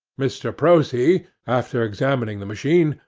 mr. prosee, after examining the machine,